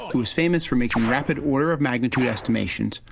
who's famous for making rapid order-of-magnitude estimations,